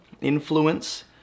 influence